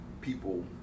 people